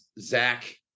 Zach